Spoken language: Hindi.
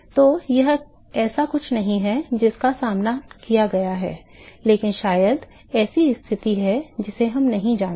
तो यह ऐसा कुछ नहीं है जिसका सामना किया गया है लेकिन शायद ऐसी स्थिति है जिसे हम नहीं जानते